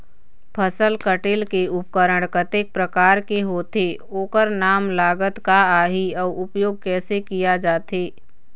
फसल कटेल के उपकरण कतेक प्रकार के होथे ओकर नाम लागत का आही अउ उपयोग कैसे किया जाथे?